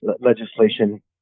legislation